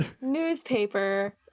Newspaper